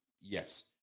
Yes